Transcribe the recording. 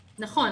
נכון,